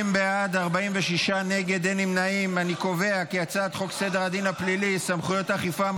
לוועדה את הצעת חוק סדר הדין הפלילי (סמכויות אכיפה,